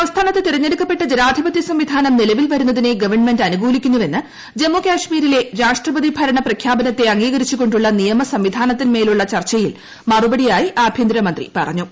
സംസ്ഥാന്യത്ത് തെരഞ്ഞെടുക്കപ്പെട്ട ജനാധിപത്യ സംവിധാനം നിലവിൽ ്വരുന്നതിനെ ഗവൺമെന്റ് അനുകൂലിക്കുന്നുവെന്ന് ജമ്മു കാർട്ട്മീരിലെ രാഷ്ട്രപതി ഭരണ പ്രഖ്യാപനത്തെ അംഗീകരിച്ചു്കൊണ്ടുള്ള നിയമ സംവിധാന ത്തിൻമേലുള്ള ചർച്ചയിൽ ്മൂറുപടിയായി ആഭ്യന്തരമന്ത്രിപറഞ്ഞു